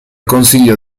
consiglio